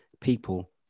People